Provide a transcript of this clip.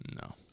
No